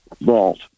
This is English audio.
vault